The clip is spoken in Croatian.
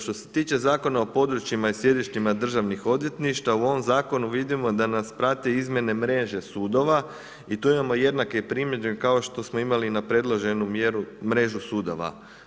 Što se tiče Zakona o područjima i sjedištima državnih odvjetništva, u ovom Zakonu vidimo da nas prate izmjene mreže sudova i tu imamo jednake primjedbe kao što smo imali na predloženu mrežu sudova.